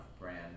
brand